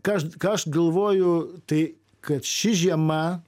ką aš ką aš galvoju tai kad ši žiema